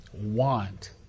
want